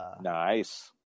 Nice